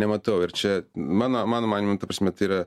nematau ir čia mano mano manymu ta prasme tai yra